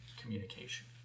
communication